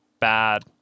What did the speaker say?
bad